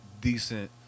decent